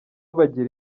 bagira